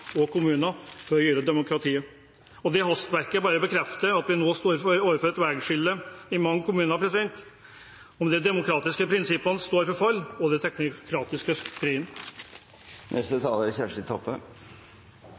og kommuner. Hastverket bare bekrefter at vi nå står overfor et vegskille i mange kommuner – om de demokratiske prinsippene står for fall og de teknokratiske trer inn. «Justiskomiteens innstilling er